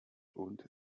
und